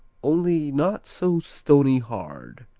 only not so stony hard.